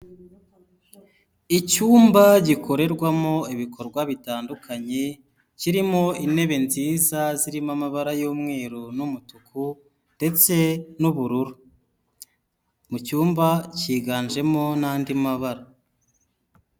Icyumba gikorerwamo ibikorwa bitandukanye, kirimo intebe nziza, zirimo amabara y'umweru n'umutuku ndetse n'ubururu, mu cyumba cyiganjemo n'andi mabara.